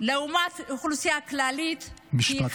לעומת האוכלוסייה הכללית, משפט אחרון.